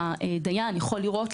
הדיין יכול לראות,